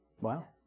Wow